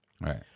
Right